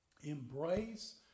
Embrace